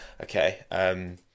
Okay